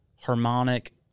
harmonic